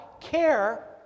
care